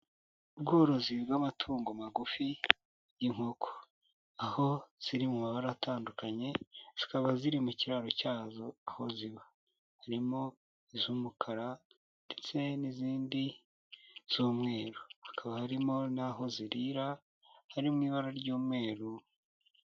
Ubworozi bw'amatungo magufi inkoko, aho ziri mu mabara atandukanye zikaba ziri mu kiraro cyazo aho ziba, harimo iz'umukara ndetse n'izindi z'umweru, hakaba harimo n'aho zirira hari mu ibara ry'umweru.